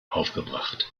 aufgebracht